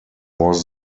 was